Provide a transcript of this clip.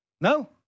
No